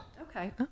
Okay